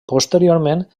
posteriorment